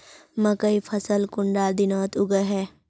मकई फसल कुंडा दिनोत उगैहे?